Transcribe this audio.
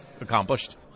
accomplished